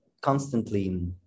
constantly